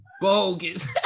bogus